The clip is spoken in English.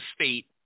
state